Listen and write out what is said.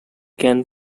can